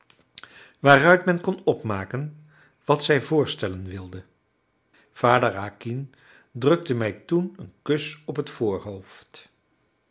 waaruit men kon opmaken wat zij voorstellen wilde vader acquin drukte mij toen een kus op het voorhoofd